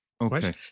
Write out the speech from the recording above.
Okay